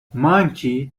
monkey